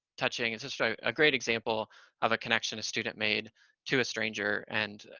touching. it's just a a great example of a connection a student made to a stranger and,